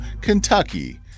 Kentucky